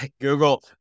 Google